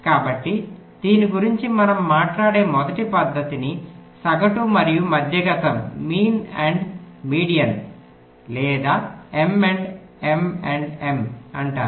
కాబట్టి దీని గురించి మనం మాట్లాడే మొదటి పద్ధతిని సగటు మరియు మధ్యగతంmean median లేదా MMM అంటారు